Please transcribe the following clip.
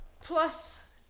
plus